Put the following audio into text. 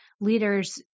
leaders